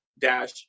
dash